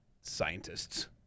Scientists